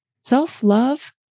Self-love